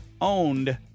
owned